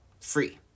Free